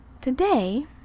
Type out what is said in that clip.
Today